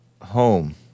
home